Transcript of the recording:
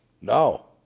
No